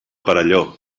perelló